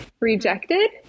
rejected